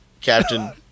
captain